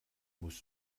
musst